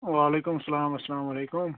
وَعلیکُم اَسَلام اَسلامُ علیکُم